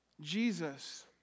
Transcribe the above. Jesus